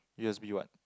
U_S_B what